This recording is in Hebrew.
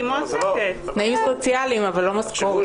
תנאים סוציאליים אבל לא משכורת.